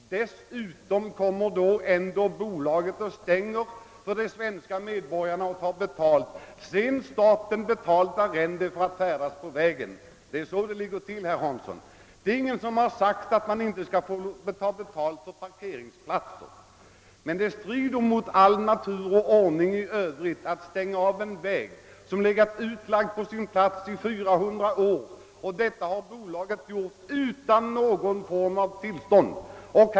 Trots detta tar bolaget betalt av de svenska medborgarna för att de skall få färdas på vägen. Det är så det ligger till, herr Hansson i Skegrie. Ingen har gjort gällande att man ej skall få ta betalt för parkeringsplats. Men det strider mot all lag och ordning att stänga av en väg som legat där den legat i 400 år. Denna avstängning har bolaget gjort utan något som helst tillstånd.